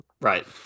Right